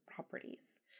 Properties